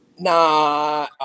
Nah